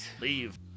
Leave